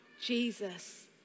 Jesus